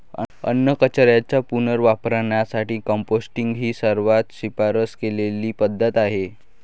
अन्नकचऱ्याच्या पुनर्वापरासाठी कंपोस्टिंग ही सर्वात शिफारस केलेली पद्धत आहे